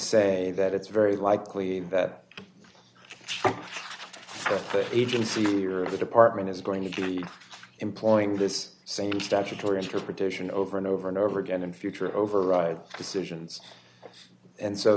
say that it's very likely that that agency or the department is going to be employing this same statutory interpretation over and over and over again in future override decisions and so